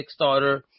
Kickstarter